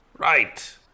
Right